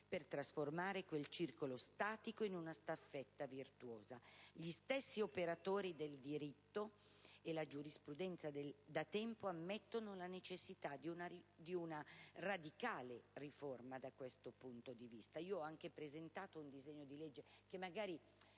per trasformare quel circolo statico in una staffetta virtuosa. Gli stessi operatori del diritto e la giurisprudenza da tempo ammettono la necessità di una radicale riforma da questo punto di vista. Al riguardo, io stessa ho presentato un disegno di legge che forse